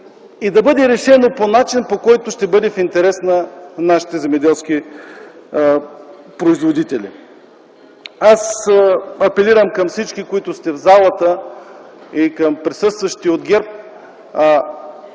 и да бъде решено по начин, който ще бъде в интерес на нашите земеделски производители. Апелирам към всички, които сте в залата, и към присъстващите от ГЕРБ